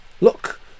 Look